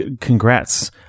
congrats